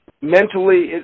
mentally